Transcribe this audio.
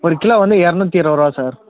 ஒரு கிலோ வந்து இரநூத்தி இருபது ரூபா சார்